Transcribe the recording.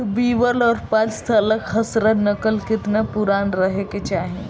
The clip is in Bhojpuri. बी वन और पांचसाला खसरा नकल केतना पुरान रहे के चाहीं?